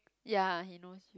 ya he knows